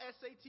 SAT